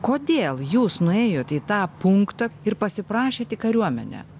kodėl jūs nuėjot į tą punktą ir pasiprašėt į kariuomenę